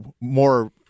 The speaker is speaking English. more